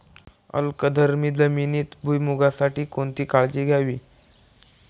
अल्कधर्मी जमिनीत भुईमूगासाठी कोणती काळजी घ्यावी?